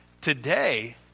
Today